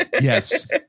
yes